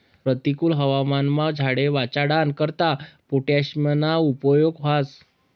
परतिकुल हवामानमा झाडे वाचाडाना करता पोटॅशियमना उपेग व्हस